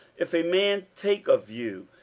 if a man take of you,